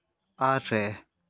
ᱟᱨᱮ